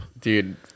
Dude